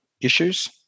issues